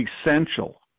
essential